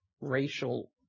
racial